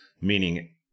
Meaning